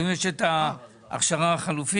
היום יש את ההכשרה החלופית.